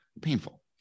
painful